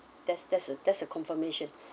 that's that's a that's a confirmation